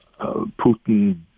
putin